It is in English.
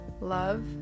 love